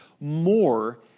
more